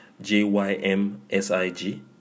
j-y-m-s-i-g